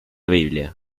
biblia